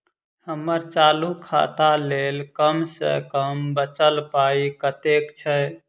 हम्मर चालू खाता लेल कम सँ कम बचल पाइ कतेक छै?